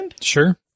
sure